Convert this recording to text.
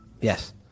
Yes